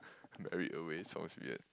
buried away sounds weird